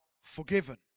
forgiven